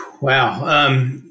Wow